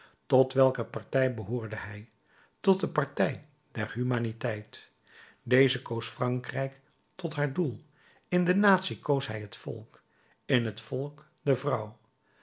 tot welke partij behoorde hij tot de partij der humaniteit deze koos frankrijk tot haar doel in de natie koos hij het volk in het volk de vrouw